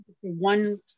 One